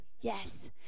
Yes